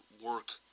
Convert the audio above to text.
work